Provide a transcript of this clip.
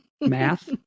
math